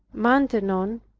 maintenon